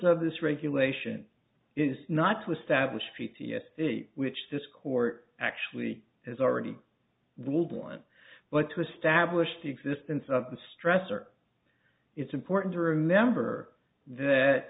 of this regulation is not to establish p t s which this court actually has already ruled one but to establish the existence of the stressor it's important to remember that